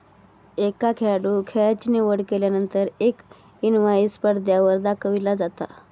एका खेळाडूं खेळाची निवड केल्यानंतर एक इनवाईस पडद्यावर दाखविला जाता